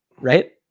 right